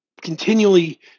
continually